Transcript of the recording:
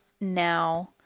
now